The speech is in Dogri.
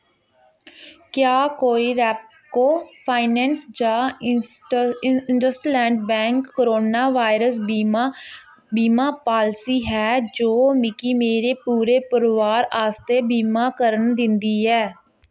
क्या कोई रैप्को फाइनैंस जां इसंट इंडस्टलैंड बैंक कोरोना वायरस बीमा बीमा पालसी है जो मिगी मेरे पूरे परोआर आस्तै बीमा करन दिंदी ऐ